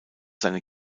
seine